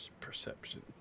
perception